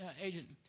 agent